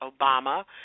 Obama